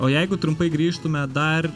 o jeigu trumpai grįžtume dar